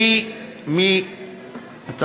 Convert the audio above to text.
בגלל זה כמעט כל מדינות אירופה עושות את זה?